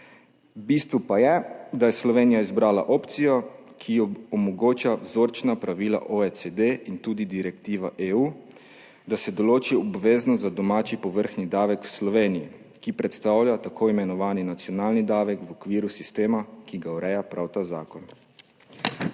Bistvo pa je, da je Slovenija izbrala opcijo, ki jo omogočajo vzorčna pravila OECD in tudi direktiva EU, da se določi obveznost za domači povrhnji davek v Sloveniji, ki predstavlja tako imenovan nacionalni davek v okviru sistema, ki ga ureja prav ta zakon.